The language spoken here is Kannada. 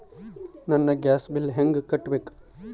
ನನ್ನ ಗ್ಯಾಸ್ ಬಿಲ್ಲು ಹೆಂಗ ಕಟ್ಟಬೇಕು?